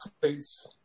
place